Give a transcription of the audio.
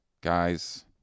guys